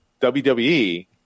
WWE